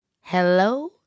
Hello